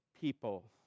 people